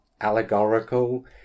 allegorical